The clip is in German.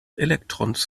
elektrons